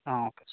okay sir